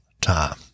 time